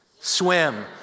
swim